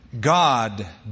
God